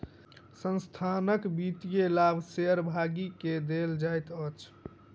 संस्थानक वित्तीय लाभ शेयर भागी के देल जाइत अछि